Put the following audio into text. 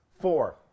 four